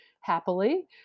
happily